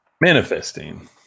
manifesting